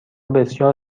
بسیار